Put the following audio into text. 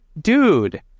Dude